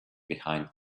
behind